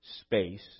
space